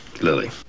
Lily